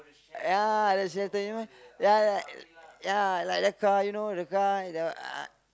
ya the shelter you know ya ya ya like the car you know the car the uh